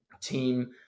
team